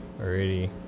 already